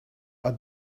are